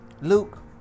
Luke